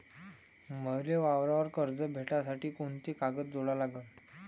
मले वावरावर कर्ज भेटासाठी कोंते कागद जोडा लागन?